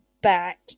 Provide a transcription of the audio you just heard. back